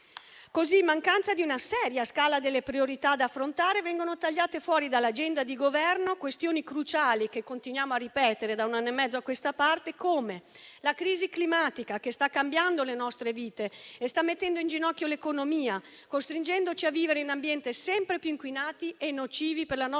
Così, in mancanza di una seria scala delle priorità da affrontare, vengono tagliate fuori dall'agenda di Governo questioni cruciali che continuiamo a ripetere da un anno e mezzo a questa parte, come la crisi climatica, che sta cambiando le nostre vite e sta mettendo in ginocchio l'economia, costringendoci a vivere in ambienti sempre più inquinati e nocivi per la nostra